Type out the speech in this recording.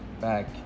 back